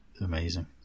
amazing